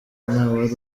ntawari